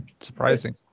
Surprising